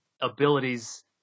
abilities